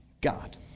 God